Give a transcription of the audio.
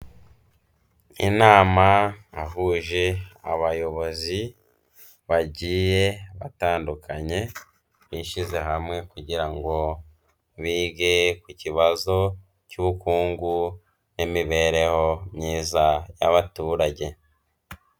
Inama yahuje abayobozi bagiye batandukanye bishyize hamwe kugira ngo bige ku kibazo cy'ubukungu n'imibereho myiza y'abaturage.